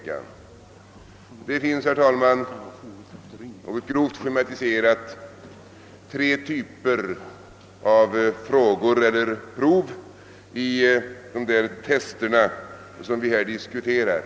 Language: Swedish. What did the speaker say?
Det finns, herr talman, grovt schematiserat tre typer av frågor eller prov i de tester vi här diskuterar.